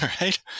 right